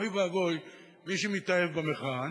ואוי ואבוי למי שמתאהב במחאה.